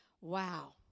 wow